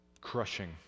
crushing